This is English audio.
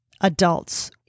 adults